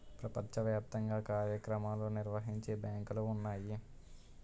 ప్రపంచ వ్యాప్తంగా కార్యక్రమాలు నిర్వహించే బ్యాంకులు ఉన్నాయి